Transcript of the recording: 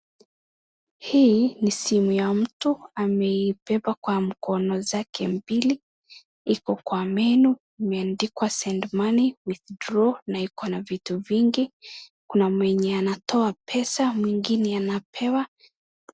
Hii ni simu ya mtu ameibeba kwa mkono mbil. Iko na menu imeandikwa send money, withdraw na iko na vitu vingi. Kuna mwenye anatoa pesa mwingine anapewa.